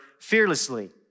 fearlessly